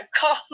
call